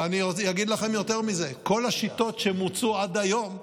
ואני אגיד לכם יותר מזה, כל השיטות שמוצו עד היום,